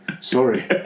sorry